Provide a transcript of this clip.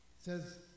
says